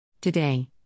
Today